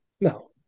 No